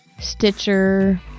Stitcher